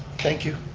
thank you.